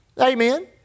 Amen